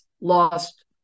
lost